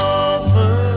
over